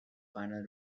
final